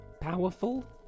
powerful